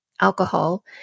alcohol